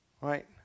Right